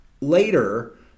Later